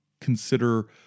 consider